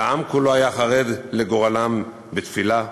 והעם כולו היה חרד לגורלם בתפילה,